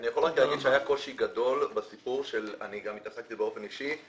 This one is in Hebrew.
אני יכול רק לומר שהיה קושי גדול בסיפור ואני גם עסקתי באופן אישי.